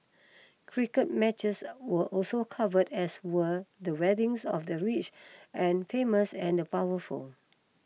cricket matches were also covered as were the weddings of the rich and famous and the powerful